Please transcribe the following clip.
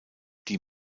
die